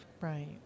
Right